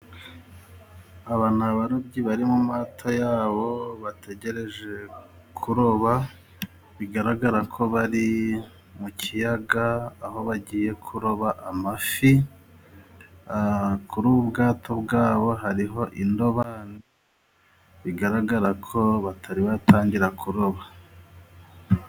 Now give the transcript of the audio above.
Aba ni abarobyi bari mu mato yabo bategereje kuroba, bigaragara ko bari mu kiyaga aho bagiye kuroba amafi. Kuri ubu bwato bwabo hariho indobani, bigaragara ko batari batangira kuroba.